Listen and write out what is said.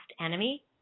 Enemy